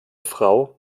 frau